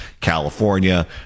California